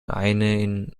einen